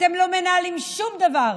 אתם לא מנהלים שום דבר.